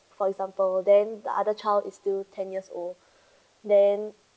for example then the other child is still ten years old then